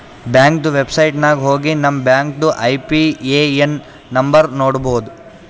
ಬ್ಯಾಂಕ್ದು ವೆಬ್ಸೈಟ್ ನಾಗ್ ಹೋಗಿ ನಮ್ ಬ್ಯಾಂಕ್ದು ಐ.ಬಿ.ಎ.ಎನ್ ನಂಬರ್ ನೋಡ್ಬೋದ್